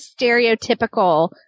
stereotypical